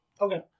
Okay